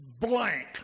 blank